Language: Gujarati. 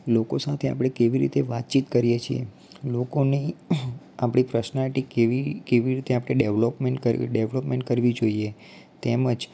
લોકો સાથે આપણે કેવી રીતે વાતચીત કરીએ છીએ લોકોને આપણી પર્સનાલિટી કેવી કેવી રીતે આપણે ડેવલપમેન્ટ કરવી ડેવલપમેન્ટ કરવી જોઈએ તેમજ